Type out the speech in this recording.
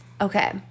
okay